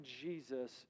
Jesus